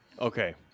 Okay